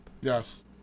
Yes